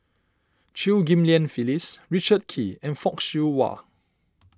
Chew Ghim Lian Phyllis Richard Kee and Fock Siew Wah